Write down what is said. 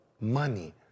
money